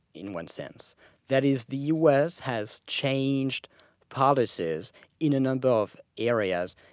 in one sense that is, the u. s. has changed policies in a number of areas,